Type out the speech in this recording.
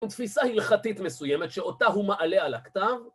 פה תפיסה הלכתית מסוימת שאותה הוא מעלה על הכתב.